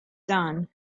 done